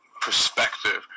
perspective